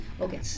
okay